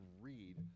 read